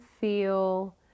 feel